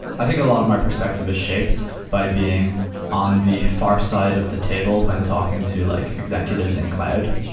i think a lot of my perspective is shaped by being on the far side of the table when talking to like executives in cloud.